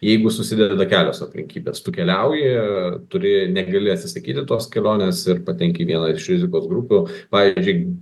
jeigu susideda kelios aplinkybės tu keliauji turi negali atsisakyti tos kelionės ir patenki į vieną iš rizikos grupių pavyzdžiui